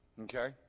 okay